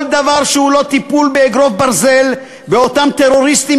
כל דבר שהוא לא טיפול באגרוף ברזל באותם טרוריסטים